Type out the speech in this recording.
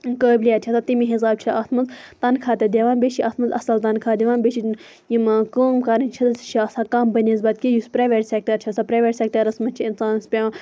قٲبلیت چھِ آسان تمی حساب چھِ اتھ مَنٛز تنخواہ تہِ دِوان بیٚیہِ چھ اتھ مَنٛز اصل تنخواہ دِوان بیٚیہِ چھنہٕ یِمہٕ کٲم کَرنٕچ چھِ آسان کم بنسبت کہِ یُس پرایویٹ سیٚکٹر چھ آسان پرایویٹ سیٚکٹَرَس مَنٛز چھ اِنسانَس پیٚوان